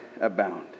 abound